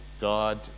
God